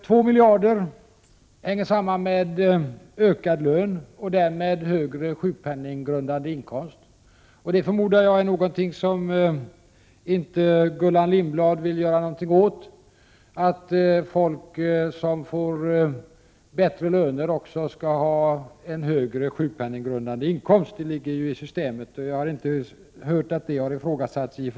Två miljarder av kostnadsökningen hänger samman med ökad lön och därmed högre sjukpenninggrundande inkomst. Jag förmodar att det inte är någonting som Gullan Lindblad vill göra något åt, att de som får bättre löner också skall ha en högre sjukpenninggrundande inkomst. Det ligger ju i systemet, och jag har i och för sig inte hört att det har ifrågasatts av någon.